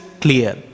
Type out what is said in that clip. clear